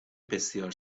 بسیار